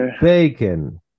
bacon